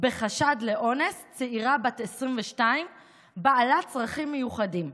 בחשד לאונס צעירה בת 22 בעלת צרכים מיוחדים.